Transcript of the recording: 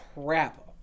crap